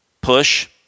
Push